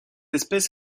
espèce